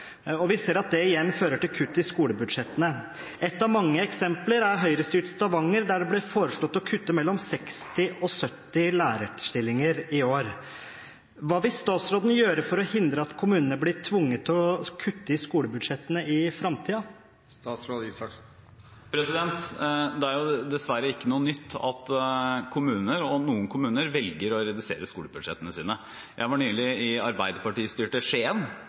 Vi ser at det igjen fører til kutt i skolebudsjettene. Ett av mange eksempler er høyrestyrte Stavanger, der det foreslås å kutte mellom 60 og 70 lærerstillinger i år. Hva vil statsråden gjøre for å hindre at kommunene blir tvunget til å kutte i skolebudsjettene i framtiden? Det er dessverre ikke noe nytt at noen kommuner velger å redusere skolebudsjettene sine. Jeg var nylig i arbeiderpartistyrte